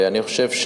ואני חושב,